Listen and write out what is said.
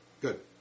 Good